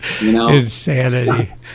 Insanity